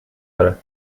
داره